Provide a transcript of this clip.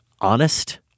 honest